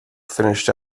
finished